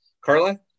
Carla